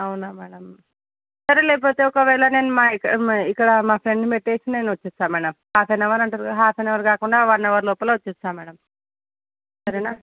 అవునా మ్యాడమ్ సరే లేకపోతే ఒకవేళ నేను మా ఇక్కడ మా ఇక్కడా మా ఫ్రెండును పెట్టి నేను వస్తాను మ్యాడమ్ హాఫ్ అన్ అవర్ అంటుర్రుగా హాఫ్ అన్ అవర్ కాకుండా వన్ అవర్ లోపల వస్తాను మ్యాడమ్ సరేనా